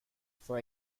for